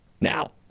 now